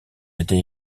été